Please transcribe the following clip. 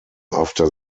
after